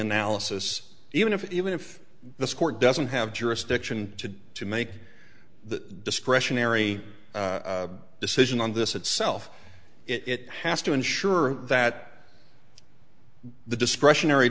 analysis even if even if this court doesn't have jurisdiction to to make the discretionary decision on this itself it has to ensure that the discretionary